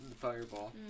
Fireball